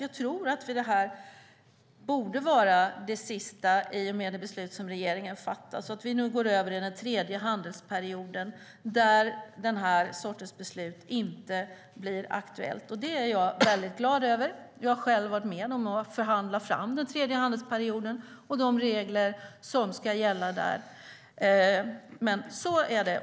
Jag tror att detta borde vara det sista i och med det beslut som regeringen fattar, så att vi nu går över i den tredje handelsperioden, där den här sortens beslut inte blir aktuella. Det är jag väldigt glad över. Jag har själv varit med om att förhandla fram den tredje handelsperioden och de regler som ska gälla där. Så är det.